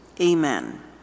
amen